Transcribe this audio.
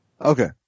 Okay